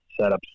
setups